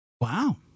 Wow